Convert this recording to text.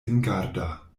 singarda